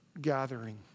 gathering